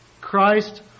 Christ